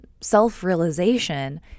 self-realization